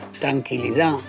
tranquilidad